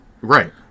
Right